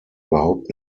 überhaupt